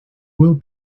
will